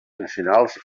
nacionals